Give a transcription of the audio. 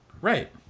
Right